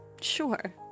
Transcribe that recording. Sure